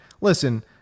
listen